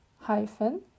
hyphen